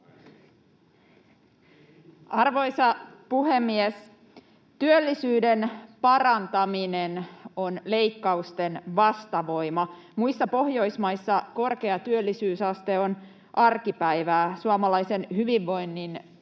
Arvoisa puhemies! Työllisyyden parantaminen on leikkausten vastavoima — muissa Pohjoismaissa korkea työllisyysaste on arkipäivää. Suomalaisen hyvinvoinnin